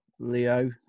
Leo